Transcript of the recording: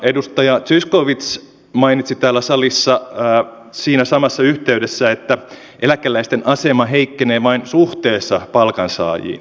edustaja zyskowicz mainitsi täällä salissa siinä samassa yhteydessä että eläkeläisten asema heikkenee vain suhteessa palkansaajiin